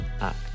Act